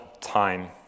time